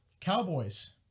Cowboys